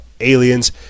aliens